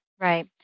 Right